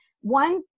One